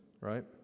right